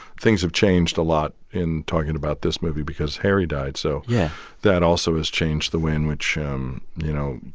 things have changed a lot in talking about this movie because harry died yeah so yeah that also has changed the way in which, um you know,